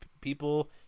people